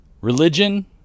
Religion